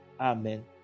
Amen